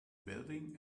building